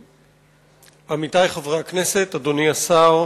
עמיתי חברי הכנסת, אדוני השר,